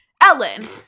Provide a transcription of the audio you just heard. Ellen